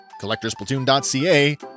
CollectorsPlatoon.ca